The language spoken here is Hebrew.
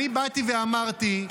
באתי ואמרתי: